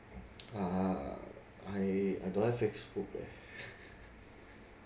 uh I I don't have facebook eh